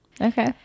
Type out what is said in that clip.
okay